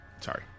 Sorry